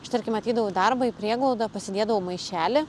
aš tarkim ateidavau į darbą į prieglaudą pasidėdavau maišelį